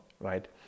right